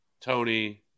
Tony